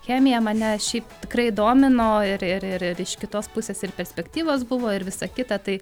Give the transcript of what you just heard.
chemija mane šiaip tikrai domino ir ir ir ir iš kitos pusės ir perspektyvos buvo ir visa kita tai